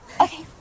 Okay